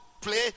play